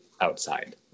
outside